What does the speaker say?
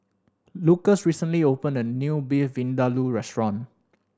Lucas recently opened a new Beef Vindaloo Restaurant